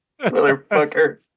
motherfucker